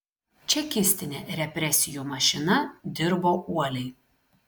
čekistinė represijų mašina dirbo uoliai